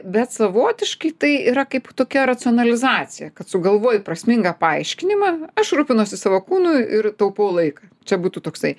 bet savotiškai tai yra kaip tokia racionalizacija kad sugalvoji prasmingą paaiškinimą aš rūpinuosi savo kūnu ir taupau laiką čia būtų toksai